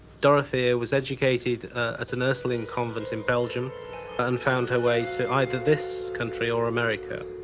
dorothea was educated at an ursuline convent in belgium and found her way to either this country or america.